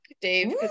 Dave